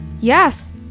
Yes